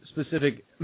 specific